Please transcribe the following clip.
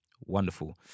Wonderful